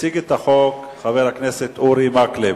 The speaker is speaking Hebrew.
יציג את החוק חבר הכנסת אורי מקלב.